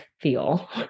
feel